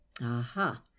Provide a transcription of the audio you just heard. Aha